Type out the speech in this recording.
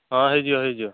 ହଁ ହେଇଯିବ ହେଇଯିବ